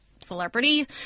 Celebrity